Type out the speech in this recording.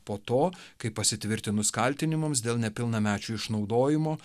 po to kai pasitvirtinus kaltinimams dėl nepilnamečių išnaudojimo